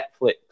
Netflix